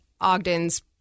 Ogden's